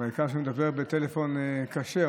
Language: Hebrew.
אבל העיקר שהוא מדבר בטלפון כשר.